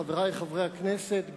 חברי חברי הכנסת,